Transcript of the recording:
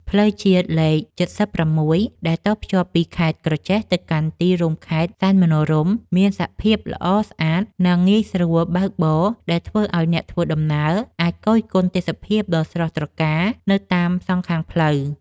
ផ្លូវជាតិលេខ៧៦ដែលតភ្ជាប់ពីខេត្តក្រចេះទៅកាន់ទីរួមខេត្តសែនមនោរម្យមានសភាពល្អស្អាត និង ងាយស្រួលបើកបរដែលធ្វើឱ្យអ្នកធ្វើដំណើរអាចគយគន់ទេសភាពដ៏ស្រស់ត្រកាលនៅតាមសងខាងផ្លូវ។